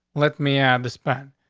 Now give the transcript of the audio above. let me add this span.